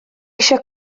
eisiau